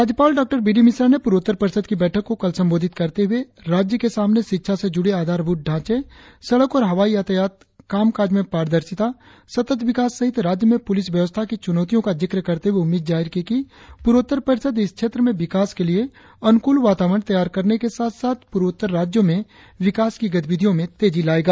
राज्यपाल डॉ B D Mishra ने पूर्वोत्तर परिषद की बैठक को कल संबोधित करते हुए राज्य के सामने शिक्षा से जुड़े आधारभूत ढांचे सड़क और हवाई यातायात काम काज में पारदर्शिता सतत विकास सहित राज्य में पुलिस व्यवस्था की चुनौतियों का जिक्र करते हुए उम्मीद जाहिर की कि पूर्वोत्तर परिषद इस क्षेत्र के विकास के लिए अनुकूल वातावरण तैयार करने के साथ साथ पूर्वोत्तर राज्यों में विकास की गतिविधियों में तेजी लाएगा